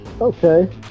Okay